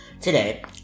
Today